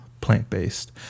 plant-based